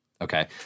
okay